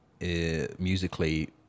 Musically